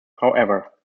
however